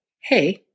hey